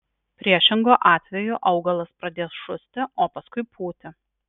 priešingu atveju augalas pradės šusti o paskui pūti